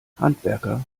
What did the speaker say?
handwerker